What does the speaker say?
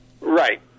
Right